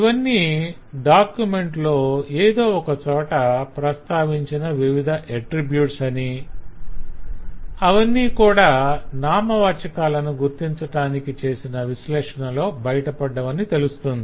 ఇవన్నీ డాక్యుమెంట్ లో ఎదో ఒకచోట ప్రస్తావించిన వివిధ అట్రిబ్యూట్స్ అని అవన్నీ కూడా నామవాచకాలను గుర్తించటానికి చేసిన విశ్లేషణలో బయటపడ్డవని తెలుస్తుంది